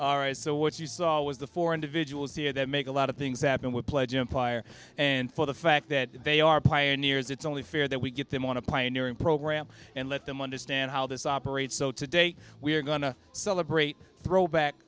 is so what you saw was the four individuals here that make a lot of things happen with pledge empire and for the fact that they are pioneers it's only fair that we get them on a pioneering program and let them understand how this operates so today we're going to celebrate throwback